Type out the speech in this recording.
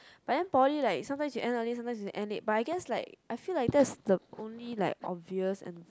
but then poly like sometimes you end early sometimes you end late but I guess like I feel like that's the only like obvious and